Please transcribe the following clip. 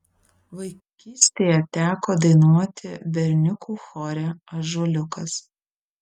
vaikystėje teko dainuoti berniukų chore ąžuoliukas